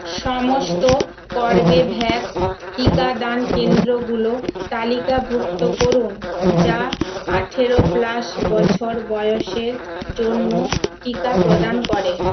সমস্ত কর্বেভ্যাক্স টিকাদান কেন্দ্রগুলো তালিকাভুক্ত করুন যা আঠেরো প্লাস বছর বয়সের জন্য টিকা প্রদান করে